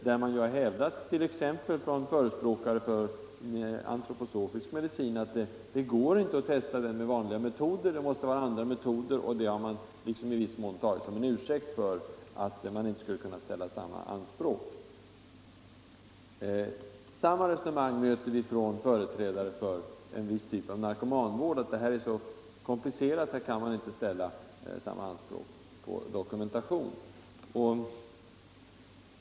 Förespråkare för t.ex. antroposofisk medicin har hävdat att det inte går att testa sådan medicin med vanliga metoder. Det vill man sedan ta till intäkt för att man inte skulle ställa samma anspråk på dokumentation för dessa läkemedel. Samma resonemang möter vi från företrädare för en viss typ av narkomanvård. Den är så komplicerad, heter det, att man inte kan ställa krav på dokumentation.